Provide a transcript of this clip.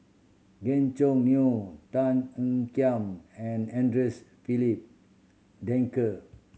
Gan Choo Neo Tan Ean Kiam and Andre's Filipe Desker